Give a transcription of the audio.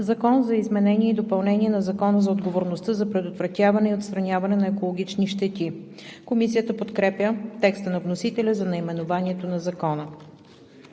„Закон за изменение и допълнение на Закона за отговорността за предотвратяване и отстраняване на екологични щети“.“ Комисията подкрепя текста на вносителя за наименованието на закона.